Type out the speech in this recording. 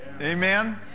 Amen